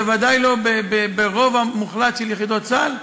זה בוודאי לא ברוב המוחלט של יחידות צה"ל,